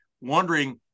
wondering